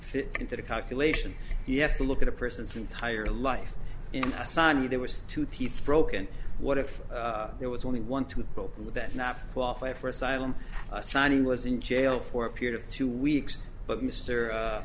fit into the calculation you have to look at a person's entire life in sa knew there was two teeth broken what if there was only one to cope with that not qualify for asylum signing was in jail for a period of two weeks but mr